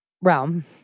realm